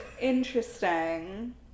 Interesting